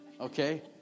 Okay